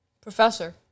Professor